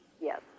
yes